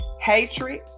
hatred